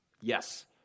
Yes